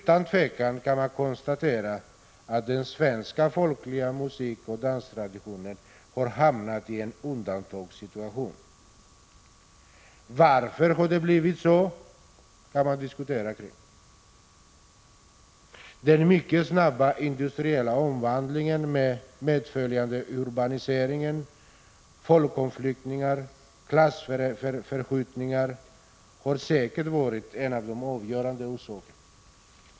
Man kan utan tvivel konstatera att den svenska folkliga musikoch danstraditionen har hamnat i en undantagssituation. Varför har det blivit så? — Den frågan kan diskuteras. Den mycket snabba industriella omvandlingen med medföljande urbanisering, folkomflyttningar och klassförändringar har säkert varit en av de avgörande orsakerna.